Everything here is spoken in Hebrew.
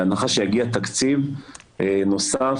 בהנחה שיגיע תקציב נוסף,